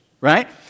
right